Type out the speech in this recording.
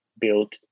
build